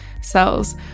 cells